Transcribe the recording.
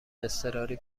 اضطراری